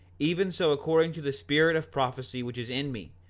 even so according to the spirit of prophecy which is in me,